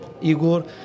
Igor